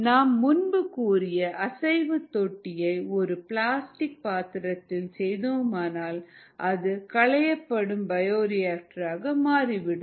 நாம் முன்பு கூறிய அசைவு தொட்டியை ஒரு பிளாஸ்டிக் பாத்திரத்தில் செய்தோமானால் அது களையப்படும் பயோரியாக்டர் ஆக மாறிவிடும்